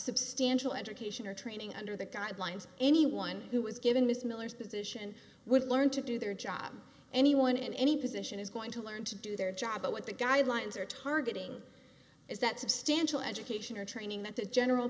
substantial education or training under the guidelines anyone who was given ms miller's position would learn to do their job anyone in any position is going to learn to do their job but what the guidelines are targeting is that substantial education or training that the general